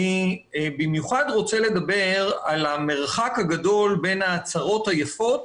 אני במיוחד רוצה לדבר על המרחק הגדול בין ההצהרות היפות